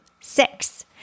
six